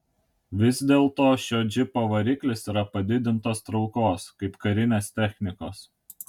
vis dėlto šio džipo variklis yra padidintos traukos kaip karinės technikos